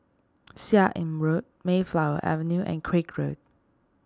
Seah Im Road Mayflower Avenue and Craig Road